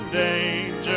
danger